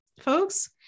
folks